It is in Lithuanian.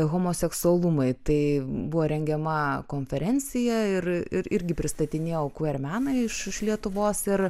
homoseksualumai tai buvo rengiama konferencija ir irgi pristatinėjau kver ar meną iš lietuvos ir